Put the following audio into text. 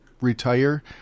retire